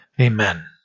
Amen